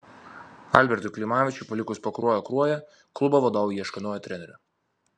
albertui klimavičiui palikus pakruojo kruoją klubo vadovai ieško naujo trenerio